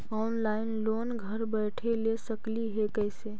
Online loan घर बैठे ले सकली हे, कैसे?